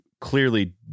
clearly